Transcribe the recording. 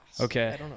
Okay